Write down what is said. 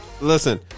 Listen